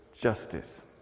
justice